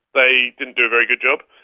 they didn't do a very good job.